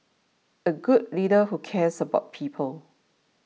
a good leader who cares about people